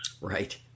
Right